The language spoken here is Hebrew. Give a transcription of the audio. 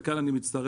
וכאן אני מצטרף